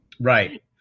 Right